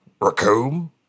Raccoon